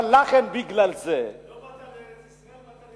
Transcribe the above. לא באת לארץ-ישראל, באת לירושלים.